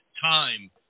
time